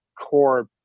core